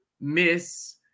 Miss